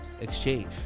exchange